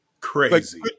Crazy